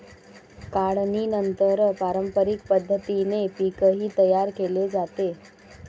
काढणीनंतर पारंपरिक पद्धतीने पीकही तयार केले जाते